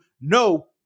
no